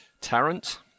Tarrant